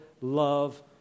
love